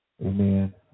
Amen